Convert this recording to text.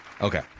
Okay